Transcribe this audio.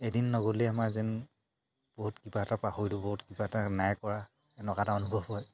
এদিন নগ'লে আমাৰ যেন বহুত কিবা এটা পাহৰিলোঁ বহুত কিবা এটা নাই কৰা এনেকুৱা এটা অনুভৱ হয়